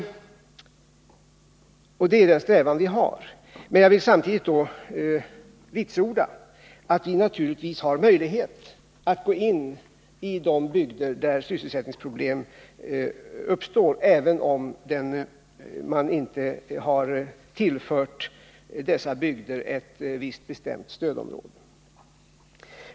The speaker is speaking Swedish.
Det är en strävan vi har. Men jag vill samtidigt vitsorda att vi naturligtvis har möjlighet att gå in i de bygder där sysselsättningsproblem uppstår även om dessa bygder inte har tillförts ett bestämt stödområde.